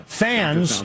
fans